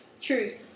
Truth